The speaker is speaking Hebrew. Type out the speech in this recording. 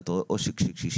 ואתה רואה עושק של קשישים.